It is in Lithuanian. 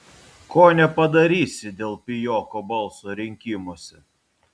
ko nepadarysi dėl pijoko balso rinkimuose